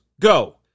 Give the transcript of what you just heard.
Go